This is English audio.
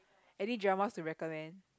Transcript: any dramas to recommend